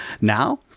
now